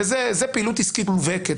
זה פעילות עסקית מובהקת.